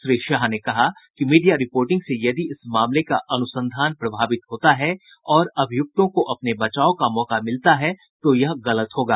श्री शाह ने कहा कि मीडिया रिपोर्टिंग से यदि इस मामले का अनुसंधान प्रभावित होता है और अभियुक्तों को अपने बचाव का मौका मिलता है तो यह गलत होगा